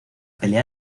pelea